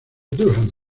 durham